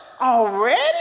already